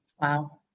Wow